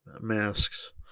masks